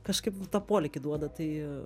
kažkaip nu tą polėkį duoda tai